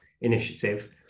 initiative